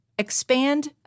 expand